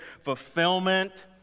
fulfillment